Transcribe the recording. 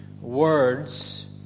words